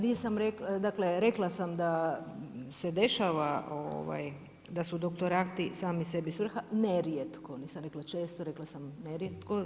Dakle, rekla sam da se dešava da su doktorati sami sebi svrha nerijetko, nisam rekla često, rekla sam nerijetko.